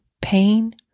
pain